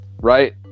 right